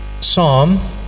Psalm